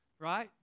right